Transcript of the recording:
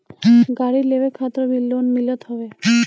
गाड़ी लेवे खातिर भी लोन मिलत हवे